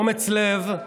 אומץ לב,